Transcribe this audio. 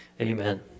Amen